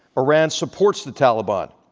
iran supports the taliban,